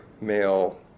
male